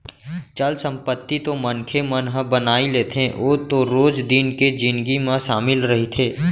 चल संपत्ति तो मनखे मन ह बनाई लेथे ओ तो रोज दिन के जिनगी म सामिल रहिथे